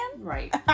Right